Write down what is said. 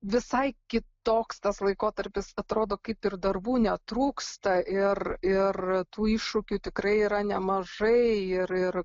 visai kitoks tas laikotarpis atrodo kaip ir darbų netrūksta ir ir tų iššūkių tikrai yra nemažai ir ir